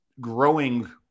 growing